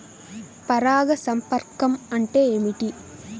పరాగ సంపర్కం అంటే ఏమిటి?